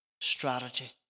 Strategy